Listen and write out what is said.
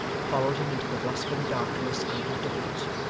followed him into the blustering darkness out of doors.